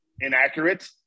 inaccurate